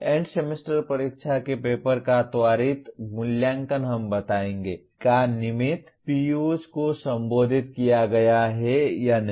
and semester परीक्षा के paper का त्वरित मूल्यांकन हमें बताएगा कि नामित POs को संबोधित किया गया है या नहीं